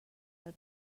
del